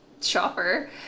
shopper